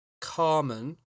Carmen